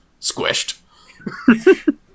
squished